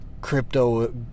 crypto